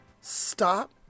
stop